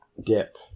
dip